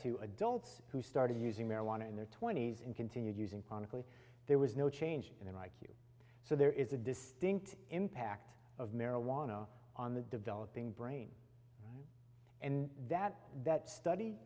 to adults who started using marijuana in their twenty's and continued using chronically there was no change in their i q so there is a distinct impact of marijuana on the developing brain and that that